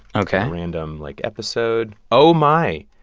ok. a random, like, episode. oh my.